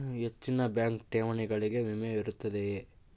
ಹೆಚ್ಚಿನ ಬ್ಯಾಂಕ್ ಠೇವಣಿಗಳಿಗೆ ವಿಮೆ ಇರುತ್ತದೆಯೆ?